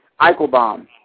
Eichelbaum